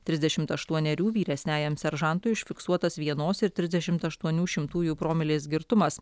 tridešimt aštuonerių vyresniajam seržantui užfiksuotas vienos ir trisdešimt aštuonių šimtųjų promilės girtumas